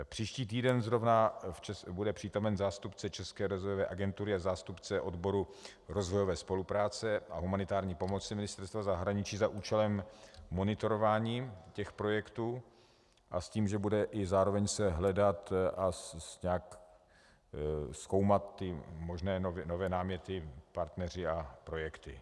Příští týden zrovna bude přítomen zástupce České rozvojové agentury a zástupce odboru rozvojové spolupráce a humanitární pomoci Ministerstva zahraničí za účelem monitorování těch projektů a s tím, že se budou zároveň i hledat a zkoumat nové náměty, partneři a projekty.